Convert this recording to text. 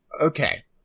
Okay